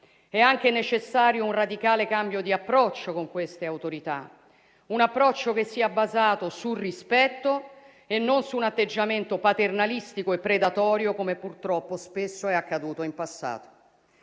è anche necessario un radicale cambio di approccio con queste autorità; un approccio che sia basato sul rispetto e non su un atteggiamento paternalistico e predatorio, come purtroppo spesso è accaduto in passato.